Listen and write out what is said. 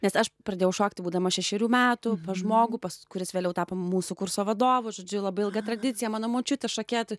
nes aš pradėjau šokti būdama šešerių metų pas žmogų pas kuris vėliau tapo mūsų kurso vadovu žodžiu labai ilga tradicija mano močiutė šokėja